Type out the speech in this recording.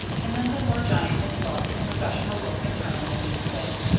and then the poor giantess lost her professional look and tone as she said,